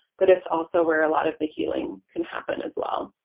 but it's also where a lot of the healing can happen as well.